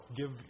Give